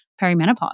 perimenopause